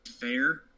fair